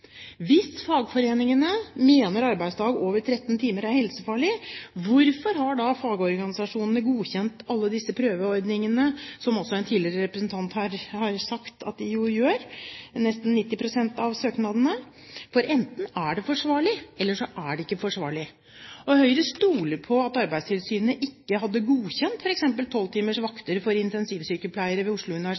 Hvis fagforeningene mener at en arbeidsdag på over 13 timer er helsefarlig, hvorfor har da fagorganisasjonene godkjent alle disse prøveordningene, som også en representant har sagt her tidligere at de gjør ved nesten 90 pst. av søknadene? Enten er det forsvarlig, eller så er det ikke forsvarlig. Høyre stoler på at Arbeidstilsynet ikke hadde godkjent f.eks. 12 timers vakter for intensivsykepleiere ved Oslo